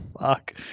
Fuck